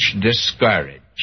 discouraged